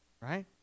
right